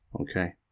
Okay